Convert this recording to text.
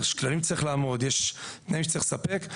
יש כללים שצריך לעמוד, יש תנאים שצריך לספק.